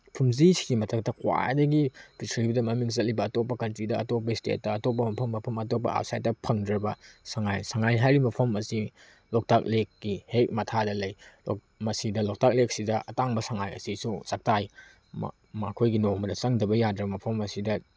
ꯐꯨꯝꯗꯤꯁꯤꯒꯤ ꯃꯊꯛꯇ ꯈ꯭ꯋꯥꯏꯗꯒꯤ ꯄ꯭ꯔꯤꯊꯤꯕꯤꯗ ꯃꯃꯤꯡ ꯆꯠꯂꯤꯕ ꯑꯇꯣꯞꯄ ꯀꯟꯇ꯭ꯔꯤꯗ ꯑꯇꯣꯞꯄ ꯏꯁꯇꯦꯠꯇ ꯑꯇꯣꯞꯄ ꯃꯐꯝ ꯃꯐꯝ ꯑꯇꯣꯞꯄ ꯑꯥꯎꯠꯁꯥꯏꯠꯇ ꯐꯪꯗ꯭ꯔꯕ ꯁꯉꯥꯏ ꯁꯉꯥꯏ ꯍꯥꯏꯔꯤꯕ ꯃꯐꯝ ꯑꯁꯤ ꯂꯣꯛꯇꯥꯛ ꯂꯦꯛꯀꯤ ꯍꯦꯛ ꯃꯊꯥꯗ ꯂꯩ ꯂꯣꯛꯇꯥꯛ ꯂꯦꯛꯁꯤꯗ ꯑꯇꯥꯡꯕ ꯁꯉꯥꯏ ꯑꯁꯤꯁꯨ ꯆꯥꯛꯇꯥꯏ ꯃꯈꯣꯏꯒꯤ ꯅꯣꯡꯃꯗ ꯆꯪꯗ꯭ꯔꯕ ꯌꯥꯗ꯭ꯔꯕ ꯃꯐꯝ ꯑꯁꯤꯗ